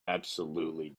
absolutely